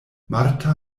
marta